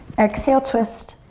exhale twist.